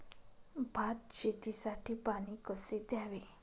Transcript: भात शेतीसाठी पाणी कसे द्यावे?